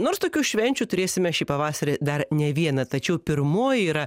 nors tokių švenčių turėsime šį pavasarį dar ne vieną tačiau pirmoji yra